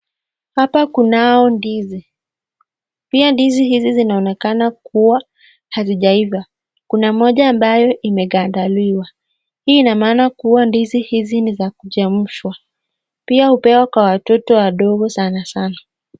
Hapa kunao ndizi . Pia ndizi hizi zinaonekana kuwa hazijaiva. Kuna moja ambayo imegandaliwa hii ina maana kuwa ndizi hizi ni za kuchemshwa. Pia upewa kwa watoto wadogo sana sana.